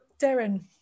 Darren